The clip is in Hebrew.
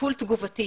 טיפול תגובתי